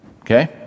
Okay